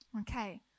Okay